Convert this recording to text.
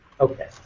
Okay